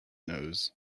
nose